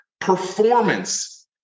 performance